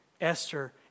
Esther